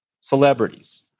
celebrities